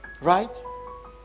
Right